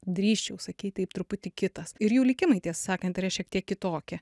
drįsčiau sakyt taip truputį kitas ir jų likimai tiesą sakant yra šiek tiek kitokie